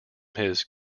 his